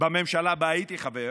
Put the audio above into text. בממשלה שבה הייתי חבר,